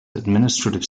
administrative